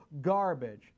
garbage